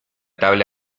tabla